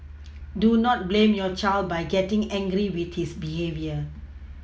do not blame your child by getting angry with his behaviour